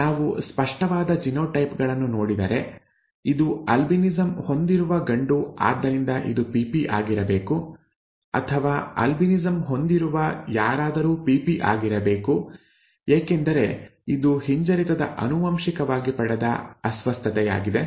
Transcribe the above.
ನಾವು ಸ್ಪಷ್ಟವಾದ ಜಿನೋಟೈಪ್ ಗಳನ್ನು ನೋಡಿದರೆ ಇದು ಆಲ್ಬಿನಿಸಂ ಹೊಂದಿರುವ ಗಂಡು ಆದ್ದರಿಂದ ಇದು pp ಆಗಿರಬೇಕು ಅಥವಾ ಆಲ್ಬಿನಿಸಂ ಹೊಂದಿರುವ ಯಾರಾದರೂ pp ಆಗಿರಬೇಕು ಏಕೆಂದರೆ ಇದು ಹಿಂಜರಿತದ ಆನುವಂಶಿಕವಾಗಿ ಪಡೆದ ಅಸ್ವಸ್ಥತೆಯಾಗಿದೆ